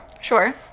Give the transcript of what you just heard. Sure